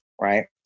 right